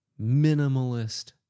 minimalist